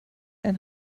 ein